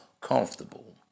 comfortable